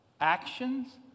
Actions